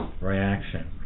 reaction